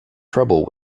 trouble